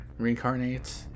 reincarnates